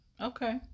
okay